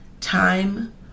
Time